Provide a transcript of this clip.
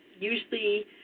Usually